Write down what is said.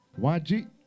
YG